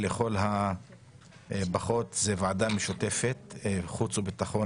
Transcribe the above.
או לכל הפחות ועדה משותפת של חוץ וביטחון